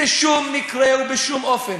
בשום מקרה ובשום אופן